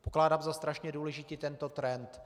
Pokládám za strašně důležitý tento trend.